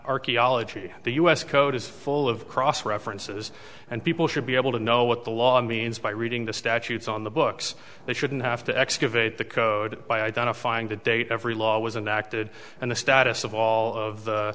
archaeology the us code is full of cross references and people should be able to know what the law means by reading the statutes on the books they shouldn't have to excavate the code by identifying to date every law was enacted and the status of all of the